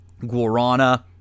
Guarana